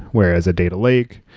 whereas a data lake,